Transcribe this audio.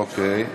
אוקיי.